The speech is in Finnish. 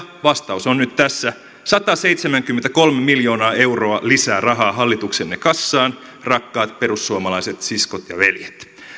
vastaus on nyt tässä sataseitsemänkymmentäkolme miljoonaa euroa lisää rahaa hallituksenne kassaan rakkaat perussuomalaiset siskot ja veljet